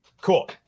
Cool